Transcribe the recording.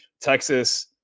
Texas